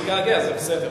הוא מתגעגע, זה בסדר.